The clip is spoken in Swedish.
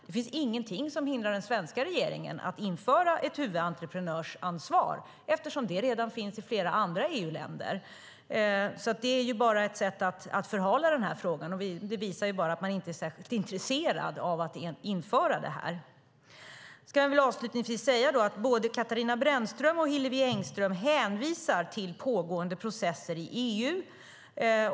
Det finns inget som hindrar den svenska regeringen att införa ett huvudentreprenörsansvar eftersom det redan finns i flera andra EU-länder. Det är ju bara ett sätt att förhala frågan. Det visar att man inte är särskilt intresserad av att införa det här. Låt mig avslutningsvis säga att både Katarina Brännström och Hillevi Engström hänvisar till pågående processer i EU.